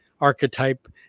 archetype